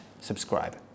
subscribe